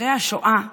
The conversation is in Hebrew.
אחרי השואה,